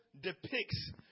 depicts